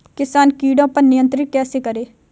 किसान कीटो पर नियंत्रण कैसे करें?